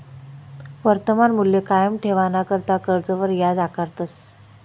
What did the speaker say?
वर्तमान मूल्य कायम ठेवाणाकरता कर्जवर याज आकारतस